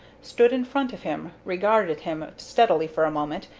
stood in front of him, regarded him steadily for a moment,